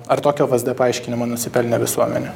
ar tokio vsd paaiškinimo nusipelnė visuomenė